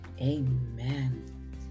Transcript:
Amen